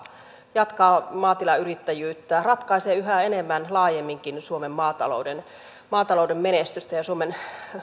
jatkaa maatilayrittäjyyttä ratkaisee yhä enemmän ja laajemminkin suomen maatalouden maatalouden menestystä ja suomen